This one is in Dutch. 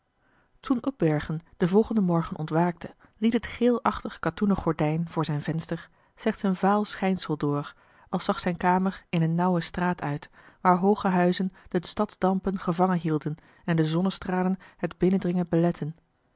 toen upbergen den volgenden morgen ontwaakte liet het geelachtig katoenen gordijn voor zijn venster slechts een vaal schijnsel door als zag zijn kamer in een nauwe straat uit waar hooge huizen de stadsdampen gevangen hielden en den zonnestralen het binnendringen beletten